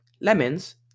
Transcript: Lemons